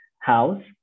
house